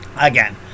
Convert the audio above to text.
Again